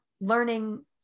learning